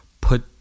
put